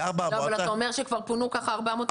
אבל ב-2004 המועצה --- אבל אתה אומר שכבר פונו כך 400 משפחות.